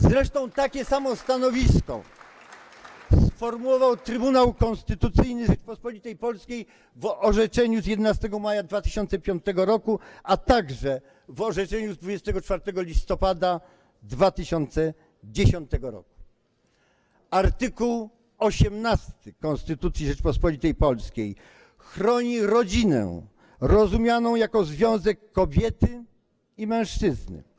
Zresztą takie samo stanowisko sformułował Trybunał Konstytucyjny Rzeczypospolitej Polskiej w orzeczeniu z 11 maja 2005 r., a także w orzeczeniu z 24 listopada 2010 r. Art. 18 Konstytucji Rzeczypospolitej Polskiej chroni rodzinę rozumianą jako związek kobiety i mężczyzny.